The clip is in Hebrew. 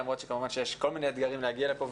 למרות שכמובן שיש כל מיני אתגרים להגיע לפה,